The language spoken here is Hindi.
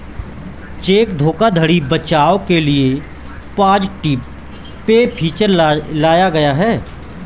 चेक धोखाधड़ी बचाव के लिए पॉजिटिव पे फीचर लाया गया है